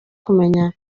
kumenya